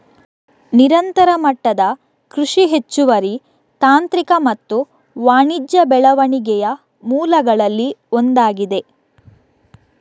ನಿರಂತರ ಮಟ್ಟದ ಕೃಷಿ ಹೆಚ್ಚುವರಿ ತಾಂತ್ರಿಕ ಮತ್ತು ವಾಣಿಜ್ಯ ಬೆಳವಣಿಗೆಯ ಮೂಲಗಳಲ್ಲಿ ಒಂದಾಗಿದೆ